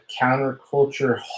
counterculture